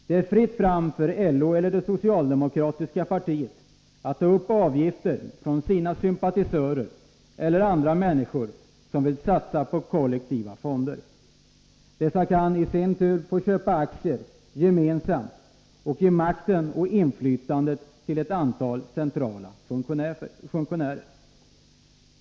Det är fritt fram för LO eller det socialdemokratiska partiet att ta ut avgifter av sina sympatisörer 181 eller andra människor som vill satsa på kollektiva fonder. Dessa kan i sin tur få köpa aktier gemensamt och ge makten och inflytandet till ett antal centrala funktionärer.